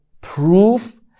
proof